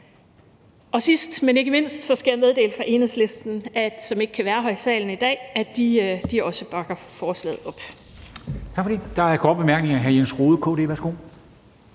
Sidst, men ikke mindst, skal jeg meddele fra Enhedslisten, som ikke kan være her i salen i dag, at de også bakker forslaget op.